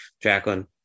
Jacqueline